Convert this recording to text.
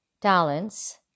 talents